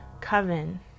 Coven